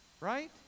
Right